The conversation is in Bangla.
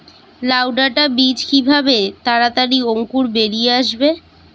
লাউ ডাটা বীজ কিভাবে তাড়াতাড়ি অঙ্কুর বেরিয়ে আসবে?